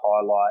highlight